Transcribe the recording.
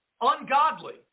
ungodly